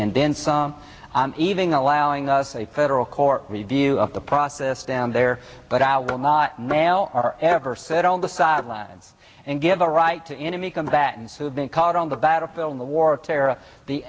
and then some even allowing us a federal court review of the process down there but i will not now or ever sit on the sidelines and give a right to enemy combatants who have been caught on the battlefield in the war